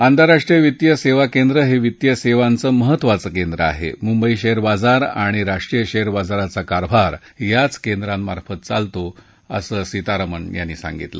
आंतराष्ट्रीय वित्तीय सद्या केंद्र हावित्तीय सद्यां महत्वाचं केंद्र आहा बुंबई शपते बाजार आणि राष्ट्रीय शक्ति बाजाराचा कारभार याच केंद्रामार्फत चालतो असं सीतारामन यांनी सांगितलं